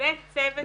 וצוות